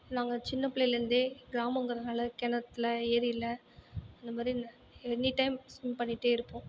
நாங்கள் சின்ன பிள்ளையிலேருந்தே கிராமங்கிறதுனால் கிணத்துல ஏரியில் இந்தமாதிரி இந்த எனி டைம் ஸ்விம் பண்ணிகிட்டே இருப்போம்